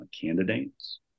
candidates